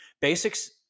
Basics